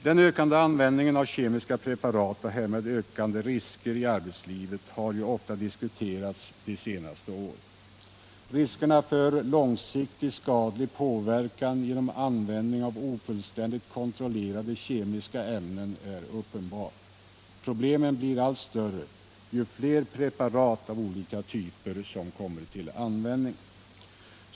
Den ökande användningen av kemiska preparat och därmed ökande risker i arbetslivet har ofta diskuterats de senaste åren. Riskerna för långsiktig skadlig påverkan genom användning av ofullständigt kontrollerade kemiska ämnen är uppenbara. Problemen blir allt större ju fler preparat av olika typer som används.